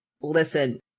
Listen